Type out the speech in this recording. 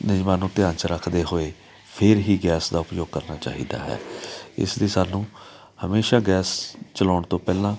ਨਿਯਮਾਂ ਨੂੰ ਧਿਆਨ ਚ ਰੱਖਦੇ ਹੋਏ ਫਿਰ ਹੀ ਗੈਸ ਦਾ ਉਪਯੋਗ ਕਰਨਾ ਚਾਹੀਦਾ ਹੈ ਇਸ ਲਈ ਸਾਨੂੰ ਹਮੇਸ਼ਾ ਗੈਸ ਚਲਾਉਣ ਤੋਂ ਪਹਿਲਾਂ